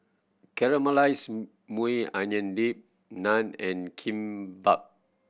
Caramelized Maui Onion Dip Naan and Kimbap